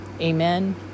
Amen